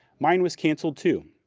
mine was canceled, too,